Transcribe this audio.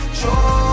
joy